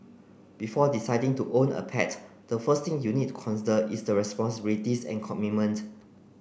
before deciding to own a pet the first thing you need to consider is the responsibilities and commitment